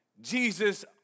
Jesus